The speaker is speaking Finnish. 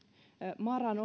maran